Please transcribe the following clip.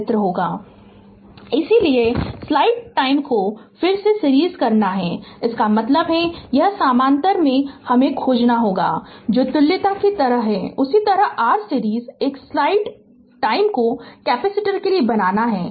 Refer slide time 1654 इसलिए slide time को फिर से सीरीज़ करना है इसका मतलब है कि यह समानांतर में हमें खोजन होगा जो तुल्यता की तरह है उसी तरह के लिए R सीरीज़ एक स्लाइड टाइम को कैपेसिटर के लिए बनाना है